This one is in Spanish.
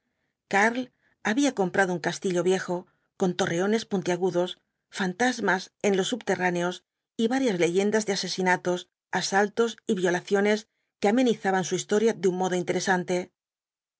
karl había comprado un castillo viejo con torreones puntiagudos fantasmas en los subterráneos y varias leyendas de asesinatos asaltos y violaciones que amenizaban su historia de un modo interesante